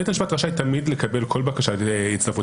בית המשפט רשאי לקבל כל בקשת הצטרפות,